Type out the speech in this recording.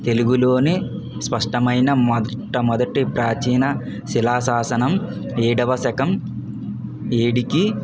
తెలుగులోనే స్పష్టమైన మొట్టమొదట ప్రాచీన శిలాశాసనం ఏడవ శకం వేడికి